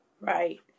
Right